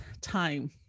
time